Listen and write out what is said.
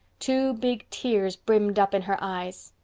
two big tears brimmed up in her eyes.